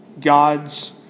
God's